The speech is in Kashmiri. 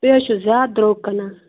تُہۍ حظ چھِو زیادٕ درٛۅگ کٔنان